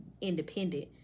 independent